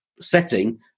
setting